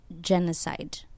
genocide